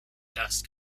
dust